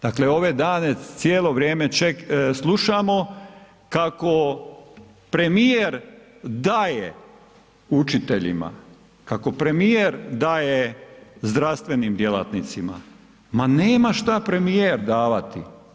Dakle, ove dane cijelo vrijeme slušamo kako premijer daje učiteljima, kako premijer daje zdravstvenim djelatnicima, ma nema šta premijer davati.